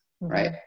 right